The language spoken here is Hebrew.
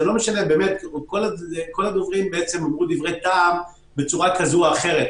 כל הדוברים אמרו דברי טעם בצורה כזו או אחרת,